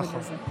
לא בגלל זה.